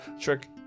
Trick